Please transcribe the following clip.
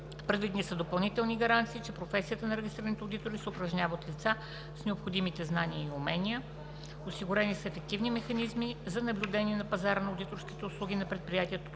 Предвидени са допълнителни гаранции, че професията на регистрираните одитори се упражнява от лица с необходимите знания и умения. Осигурени са ефективни механизми за наблюдение на пазара на одиторските услуги на предприятията